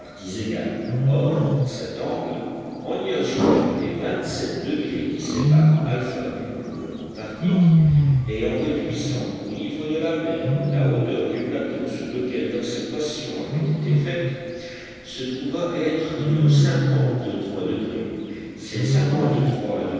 égales or cet angle en y ajoutant les vingt-sept degrés qui séparent alpha du pôle antarctique et en réduisant au niveau de la mer la hauteur du plateau sur lequel l'observation avait été faite se trouva être de cinquante-trois degrés ces cinquante-trois